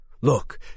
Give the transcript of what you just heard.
Look